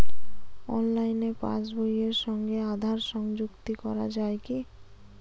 অনলাইনে পাশ বইয়ের সঙ্গে আধার সংযুক্তি করা যায় কি?